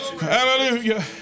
Hallelujah